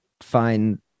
find